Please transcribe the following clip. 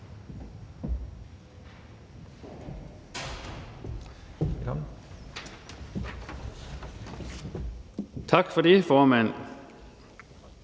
Tak for ordet, formand,